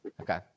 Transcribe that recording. Okay